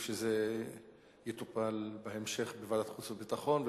שזה יטופל בהמשך בוועדת החוץ והביטחון,